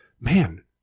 man